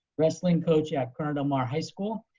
wrestling coach at corona del mar high school,